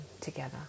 together